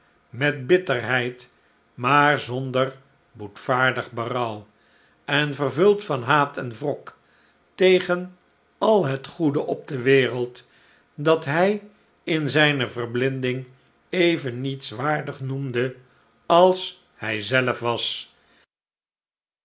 met bitterheid maar zonder boetvaardig berouw en vervuld van haat en wrok tegen al het goede op de wereld dat hij in zijne verblinding even nietswaardig noemde als hij zelf was